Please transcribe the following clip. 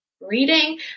reading